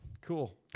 Cool